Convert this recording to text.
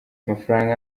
amafaranga